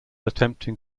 attempting